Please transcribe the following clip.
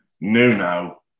Nuno